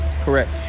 Correct